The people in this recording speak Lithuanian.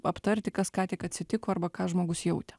aptarti kas ką tik atsitiko arba ką žmogus jautė